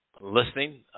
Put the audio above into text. listening